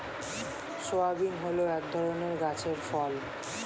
soybean হল এক ধরনের গাছের ফল